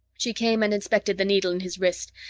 she came and inspected the needle in his wrist,